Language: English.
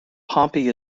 pompey